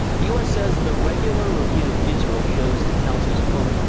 the u s. says the regular review of israel shows the council's, quote,